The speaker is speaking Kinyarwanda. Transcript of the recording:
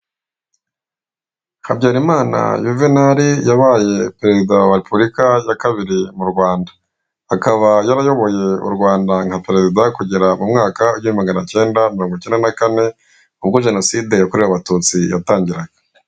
Habyarimana Yuvenali yabaye perezida wa repubulika ya kabiri mu Rwanda, akaba yarayoboye u Rwanda nka perezida kugera mu mwaka w'igihumbi kimwe maganakenda na mirongokenda na kane ubwo jenoside yatangiraga.